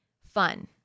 Fun